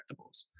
collectibles